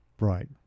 Right